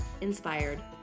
Inspired